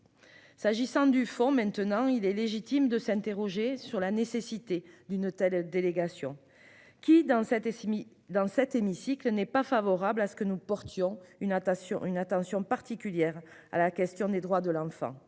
S'agissant du fond maintenant. Il est légitime de s'interroger sur la nécessité d'une telle délégation qui dans cette Essimi dans cet hémicycle n'est pas favorable à ce que nous portions une attention, une attention particulière à la question des droits de l'enfant